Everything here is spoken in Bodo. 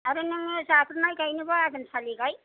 आरो नोङो जाग्रोनाय गायनोबा आघोनसालि गाय